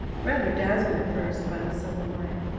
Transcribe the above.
rather dazzled at first by the sudden light.